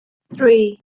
three